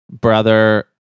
brother